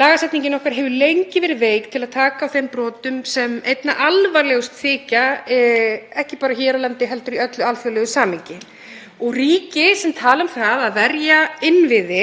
Lagasetningin okkar hefur lengi verið veik til að taka á þeim brotum sem einna alvarlegust þykja, ekki bara hér á landi heldur í öllu alþjóðlegu samhengi. Ríki sem tala um að verja innviði